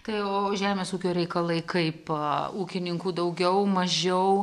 tai o žemės ūkio reikalai kaip ūkininkų daugiau mažiau